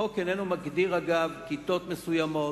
החוק אינו מגדיר, אגב, כיתות מסוימות,